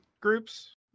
groups